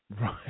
Right